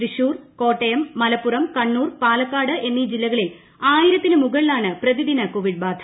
തൃശൂർ കോട്ടയം മലപ്പുറം കണ്ണൂർ പാലക്കാട് എന്നീ ജില്ലകളിൽ ആയിരത്തിന് മുകളിലാണ് പ്രതിദിന കോവിഡ് ബാധ